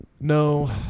No